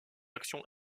action